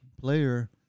player